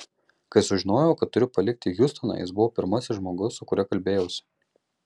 kai sužinojau kad turiu palikti hjustoną jis buvo pirmasis žmogus su kuriuo kalbėjausi